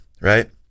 right